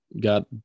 got